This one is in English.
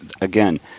again